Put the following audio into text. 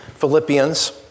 Philippians